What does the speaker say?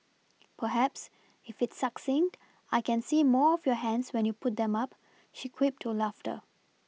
perhaps if it's succinct I can see more of your hands when you put them up she quipped to laughter